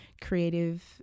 creative